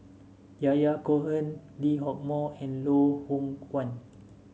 Yahya Cohen Lee Hock Moh and Loh Hoong Kwan